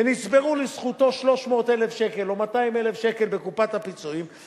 ונצטברו לזכותו 300,000 שקל או 200,000 שקל בקופת הפיצויים,